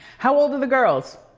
how old are the girls?